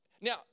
now